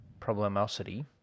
problemosity